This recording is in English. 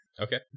Okay